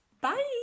bye